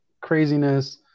craziness